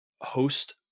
Host